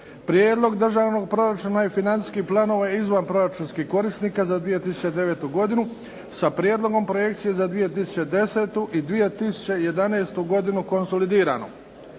Prijedlog Državnog proračuna i financijskih planova izvanproračunskih korisnika za 2009. godinu sa Prijedlogom projekcije za 2010. i 2011. godinu (konsolidirano);